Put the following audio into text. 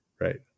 right